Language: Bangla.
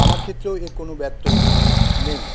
আমার ক্ষেত্রেও এর কোনো ব্যত্যয় নেই